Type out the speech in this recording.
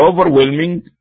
overwhelming